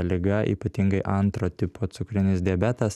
liga ypatingai antro tipo cukrinis diabetas